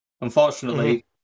Unfortunately